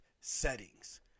settings